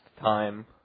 time